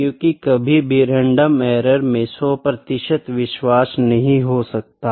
क्योकि कभी भी रैंडम एरर में 100 प्रतिशत विश्वास नहीं हो सकता